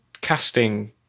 casting